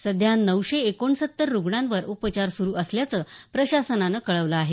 सध्या नऊशे एकोणसत्तर रुग्णांवर उपचार सुरू असल्याचं प्रशासनानं कळवलं आहे